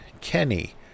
Kenny